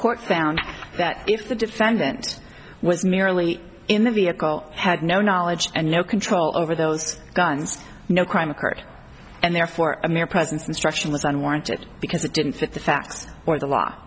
court found that if the defendant was merely in the vehicle had no knowledge and no control over those guns no crime occurred and therefore a mere presence instruction was unwarranted because it didn't fit the facts or the law